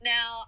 Now